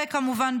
וכמובן,